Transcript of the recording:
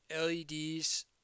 LEDs